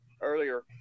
earlier